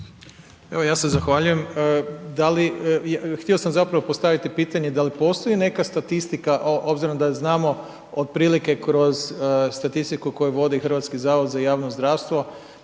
Evo, ja se zahvaljujem. Htio sam zapravo postaviti pitanje da li postoji neka statistika obzirom da znamo otprilike kroz statistiku koju vodi HZJZ, vodi statistiku